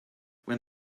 when